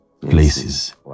places